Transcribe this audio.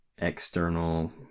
external